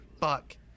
Fuck